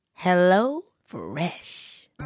HelloFresh